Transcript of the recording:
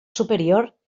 superior